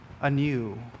anew